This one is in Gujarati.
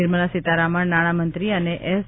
નિર્મલા સીતારમન નાણામંત્રી અને એસ